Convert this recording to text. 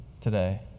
today